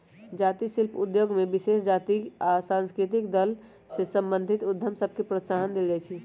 जाती शिल्प उद्योग में विशेष जातिके आ सांस्कृतिक दल से संबंधित उद्यम सभके प्रोत्साहन देल जाइ छइ